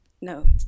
No